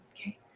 Okay